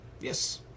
yes